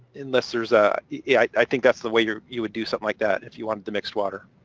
unless there's a. yeah, i think that's the way you you would do something like that if you wanted to mix water.